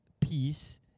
peace